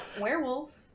Werewolf